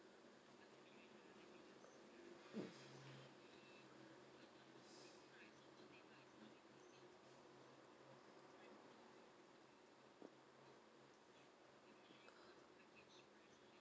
mm